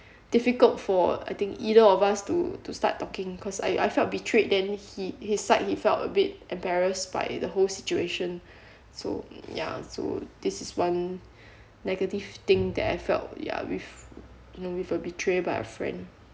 difficult for I think either of us to to start talking cause I I felt betrayed then he his side he felt a bit embarrassed by the whole situation so ya so this is one negative thing that I felt ya with you know with uh betray by a friend